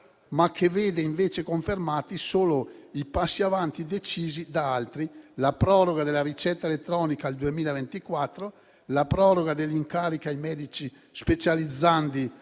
ma che vede invece confermati solo i passi avanti decisi da altri: la proroga della ricetta elettronica al 2024; la proroga dell'incarico ai medici specializzandi